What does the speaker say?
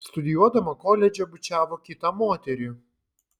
studijuodama koledže bučiavo kitą moterį